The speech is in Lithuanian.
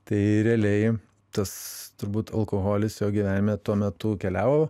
tai realiai tas turbūt alkoholis jo gyvenime tuo metu keliavo